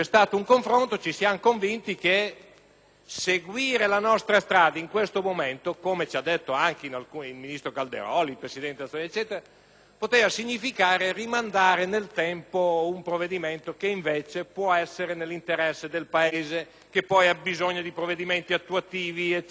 seguire la nostra strada in questo momento, come ci ha detto anche il ministro Calderoli e il presidente Azzollini, poteva significare rimandare nel tempo un intervento che invece può essere nell'interesse del Paese e che poi ha bisogno di provvedimenti attuativi.